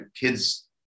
kid's